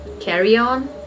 carry-on